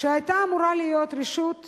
שהיתה אמורה להיות רשות ציבורית,